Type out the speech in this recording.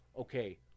okay